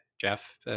Jeff